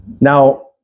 Now